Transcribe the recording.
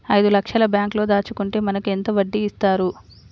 ఐదు లక్షల బ్యాంక్లో దాచుకుంటే మనకు ఎంత వడ్డీ ఇస్తారు?